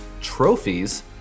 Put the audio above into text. trophies